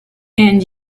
and